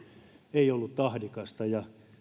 ei ollut tahdikasta ja